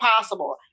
possible